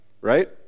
Right